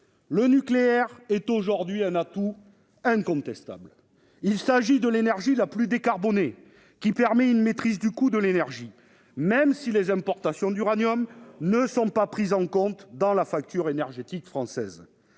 Le nucléaire est aujourd'hui un atout incontestable. Nous sommes d'accord ! Il s'agit de l'énergie la plus décarbonée, qui permet une maîtrise des coûts, même si les importations d'uranium ne sont pas prises en compte dans la facture énergétique française.